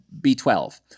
B12